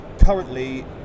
Currently